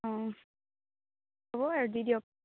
অ হ'ব আৰু দি দিয়ক